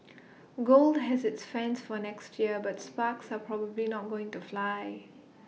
gold has its fans for next year but sparks are probably not going to fly